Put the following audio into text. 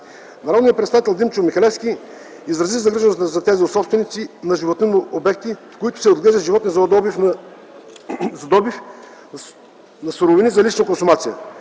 Народният представител Димчо Михалевски изрази загриженост за тези собственици на животновъдни обекти, в които се отглеждат животни за добив на суровини за лична консумация.